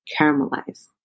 caramelize